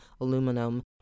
aluminum